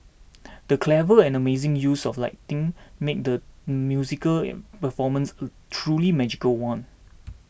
the clever and amazing use of lighting made the musical performance a truly magical one